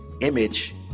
image